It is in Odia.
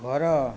ଘର